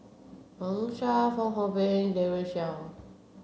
Wang Sha Fong Hoe Beng Daren Shiau